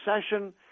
session